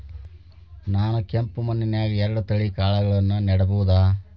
ನಾನ್ ಕೆಂಪ್ ಮಣ್ಣನ್ಯಾಗ್ ಎರಡ್ ತಳಿ ಕಾಳ್ಗಳನ್ನು ನೆಡಬೋದ?